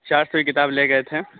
چار سو کتاب لے گئے تھے